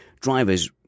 drivers